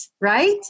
right